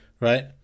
right